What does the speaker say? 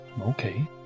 Okay